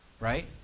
right